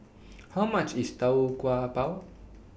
How much IS Tau Kwa Pau